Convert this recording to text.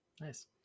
Nice